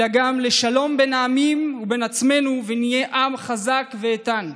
אלא גם לשלום בין העמים ובין עצמנו ונהיה עם חזק ואיתן.